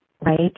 right